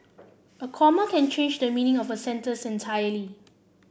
a comma can change the meaning of a sentence entirely